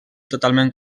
totalment